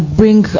bring